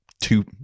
two